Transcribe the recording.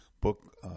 book